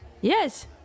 yes